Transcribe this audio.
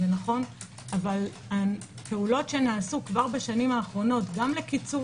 אבל הפעולות שנעשו בשנים האחרונות גם לקיצור